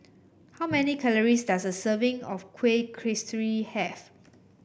how many calories does a serving of Kuih Kasturi have